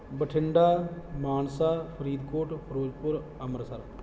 Bathinda Mansa Faridkot Firozpur Amritsar